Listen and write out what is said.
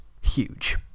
huge